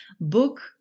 book